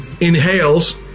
inhales